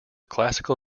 classical